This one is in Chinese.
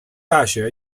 大学